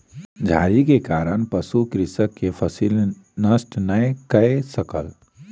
झाड़ी के कारण पशु कृषक के फसिल नष्ट नै कय सकल